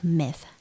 myth